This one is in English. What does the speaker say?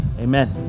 amen